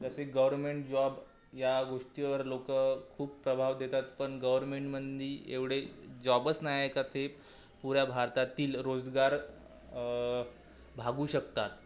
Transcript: जसे government job या गोष्टीवर लोकं खूप प्रभाव देतात पण गव्हर्मेंटमध्ये एवढे जॉबच नाही का ते पुऱ्या भारतातील रोजगार भागवू शकतात